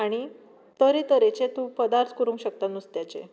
आनी तरेतरेचे तूं पदार्थ करूंक शकता नुस्त्याचें